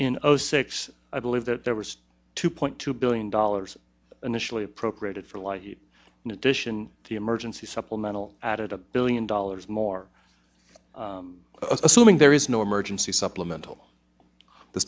zero six i believe that there was two point two billion dollars initially appropriated for life in addition to the emergency supplemental added a billion dollars more assuming there is no emergency supplemental the